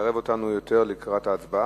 שמקרב אותנו יותר להצבעה.